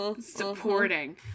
Supporting